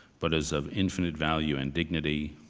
but is of infinite value and dignity,